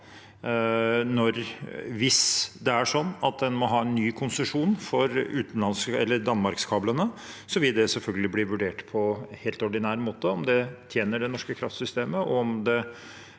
Hvis det er sånn at en må ha en ny konsesjon for danmarkskablene, vil det selvfølgelig bli vurdert på helt ordinær måte om det tjener det norske kraftsystemet,